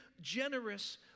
generous